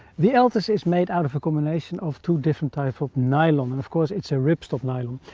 the altus is made out of a combination of two different types of nylon, and of course, it's a ripstop nylon.